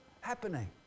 happening